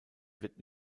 wird